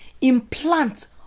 Implant